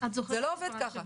זה לא עובד ככה.